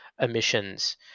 emissions